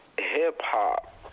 hip-hop